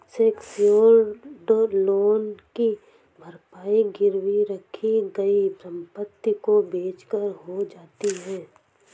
secured loan की भरपाई गिरवी रखी गई संपत्ति को बेचकर हो जाती है